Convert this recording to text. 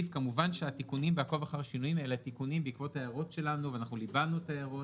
בתיקון בעקבות השיחות עם היועץ המשפטי לוועדה